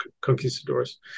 conquistadors